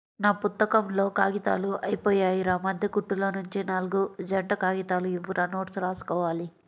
నా పుత్తకంలో కాగితాలు అయ్యిపొయ్యాయిరా, మద్దె కుట్టులోనుంచి నాల్గు జంట కాగితాలు ఇవ్వురా నోట్సు రాసుకోవాలి